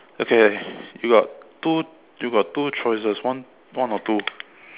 okay you got two you got two choices one one or two